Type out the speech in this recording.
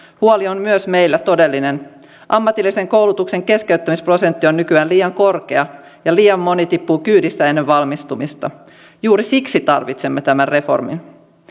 huoli on myös meillä todellinen ammatillisen koulutuksen keskeyttämisprosentti on nykyään liian korkea ja liian moni tippuu kyydistä ennen valmistumista juuri siksi tarvitsemme tämän reformin